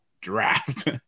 draft